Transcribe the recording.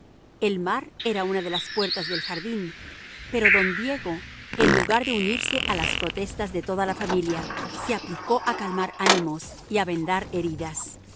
el mar era una de las puertas del jardín pero don diego en lugar de unirse a las protestas de toda la familia se aplicó a calmar ánimos y a vendar heridas